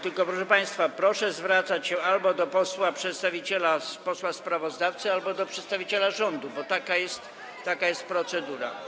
Tylko, proszę państwa, proszę zwracać się albo do posła przedstawiciela, posła sprawozdawcy, albo do przedstawiciela rządu, bo taka jest procedura.